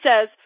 says